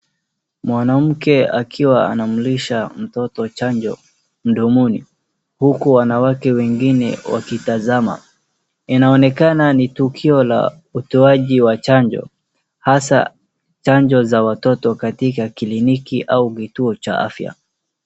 Mwanamke akiwa anamlisha mtoto chanjo mdomoni huku wanawake wengine wakitazama. Inaonekana ni tukio la utoaji wa chanjo hasa chanjo za watoto katika kliniki au vituo cha afya.